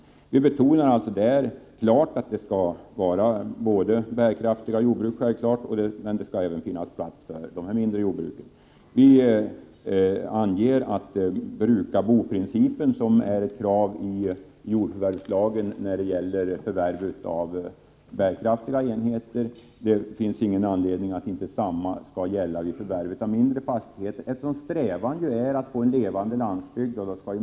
Vi betonar alltså där klart att det självfallet skall finnas bärkraftiga jordbruk men att det även skall finnas plats för de mindre jordbruken. Vi anger att bruka-boprincipen är ett krav i jordförvärvslagen när det gäller förvärv av bärkraftiga enheter och att det inte finns någon anledning att inte samma regel skall gälla vid förvärv av mindre fastigheter, eftersom strävan är att få en levande landsbygd.